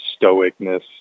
stoicness